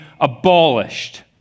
abolished